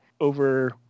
over